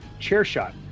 CHAIRSHOT